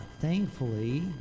Thankfully